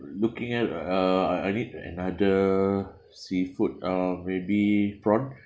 looking at uh I I need another seafood uh maybe prawn